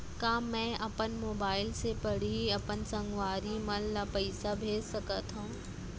का मैं अपन मोबाइल से पड़ही अपन संगवारी मन ल पइसा भेज सकत हो?